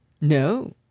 No